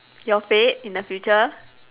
your fate in the future